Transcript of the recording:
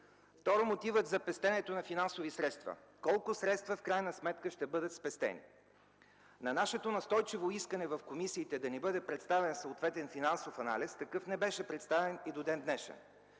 Второ, мотивът за пестенето на финансови средства. Колко средства в крайна сметка ще бъдат спестени? На нашето настойчиво искане в комисиите да ни бъде представен съответен финансов анализ, такъв не беше представен и до ден днешен.